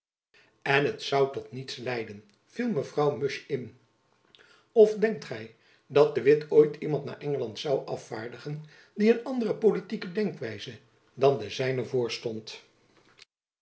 en het zoû tot niets leiden viel mevrouw musch in of denkt gy dat de witt ooit iemand naar engeland zoû afvaardigen die een andere politieke denkwijze dan de zijne